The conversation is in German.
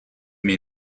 mir